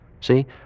See